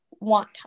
want